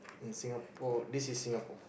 in Singapore this is Singapore